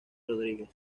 rodríguez